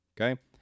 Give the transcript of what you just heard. Okay